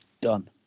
Done